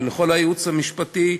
ולכל הייעוץ המשפטי,